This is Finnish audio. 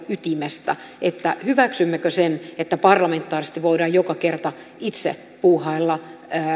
ytimestä hyväksymmekö sen että parlamentaarisesti voidaan joka kerta itse puuhailla